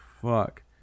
fuck